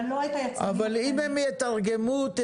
אבל לא את היצרנים הקטנים.